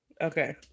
okay